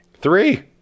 Three